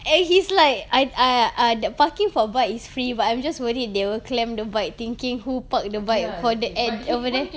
and he's like I I ah the parking for bike is free but I'm just worried they will clamp the bike thinking who park the bike for the end over there